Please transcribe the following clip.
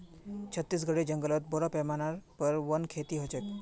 छत्तीसगढेर जंगलत बोरो पैमानार पर वन खेती ह छेक